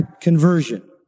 conversion